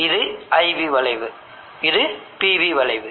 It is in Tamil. இப்போது இங்கே IV பண்பு உள்ளது இது IV பண்பு மற்றும் இது PV பண்பு